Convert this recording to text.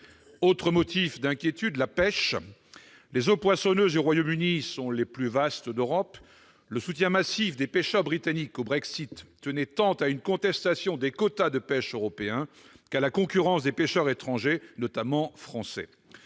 autre sujet d'inquiétude. Les eaux poissonneuses du Royaume-Uni sont les plus étendues d'Europe. Le soutien massif des pêcheurs britanniques au Brexit tenait tant à une contestation des quotas de pêche européens qu'à la concurrence des pêcheurs étrangers, notamment français.